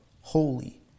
Holy